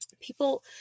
People